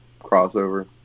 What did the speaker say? crossover